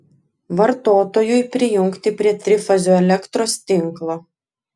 vartotojui prijungti prie trifazio elektros tinklo